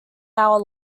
hour